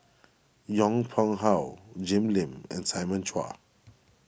Yong Pung How Jim Lim and Simon Chua